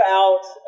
out